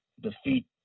defeat